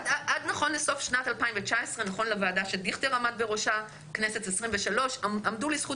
נכון לוועדה בסוף 2019 שדיכטר עמד בראשה בכנסת ה-23 עמדו לזכות